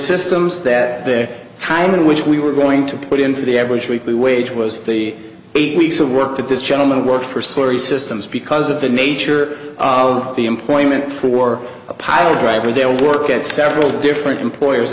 systems that their time in which we were going to put in for the average weekly wage was thirty eight weeks of work that this gentleman worked for story systems because of the nature of the employment for a pile driver they'll work at several different employers